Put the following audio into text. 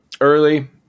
Early